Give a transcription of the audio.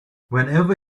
whenever